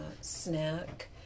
snack